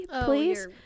please